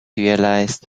realized